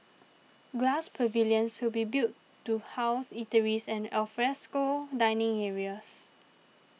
glass pavilions will be built to house eateries and alfresco dining areas